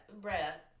Brett